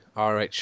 RH